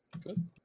Good